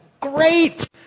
great